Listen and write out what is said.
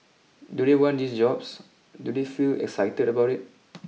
do they want these jobs do they feel excited about it